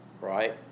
right